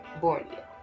Borneo